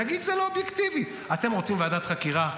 עניתי